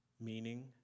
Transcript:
meaning